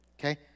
okay